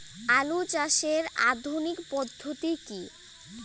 আলু চাষের আধুনিক পদ্ধতি কি?